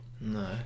No